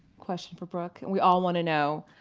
question for brooke, we all want to know,